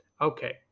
Okay